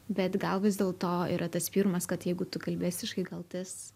bet gal vis dėlto yra tas pirmas kad jeigu tu kalbi estiškai gal tas